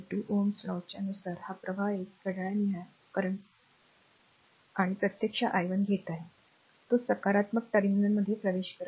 Ωs' law च्या नुसार हा प्रवाह एक r घड्याळनिहाय हा current प्रत्यक्ष i 1 घेत आहे तो सकारात्मक टर्मिनलमध्ये प्रवेश करत आहे